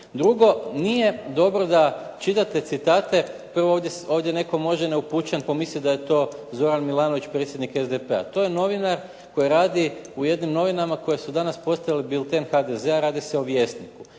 Drugo, nije dobro da čitate citate koji ovdje netko neupućen pomisli da je to Zoran Milanović, predsjednik SDP-a. To je novinar koji radi u jednim novinama koje su danas postale bilten HDZ-a, radi se o Vjesniku